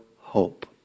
hope